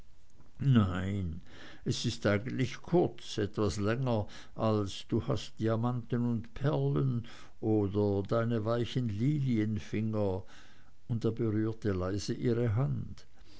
nein es ist eigentlich kurz etwas länger als du hast diamanten und perlen oder deine weichen lilienfinger und er berührte leise ihre hand